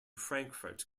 frankfort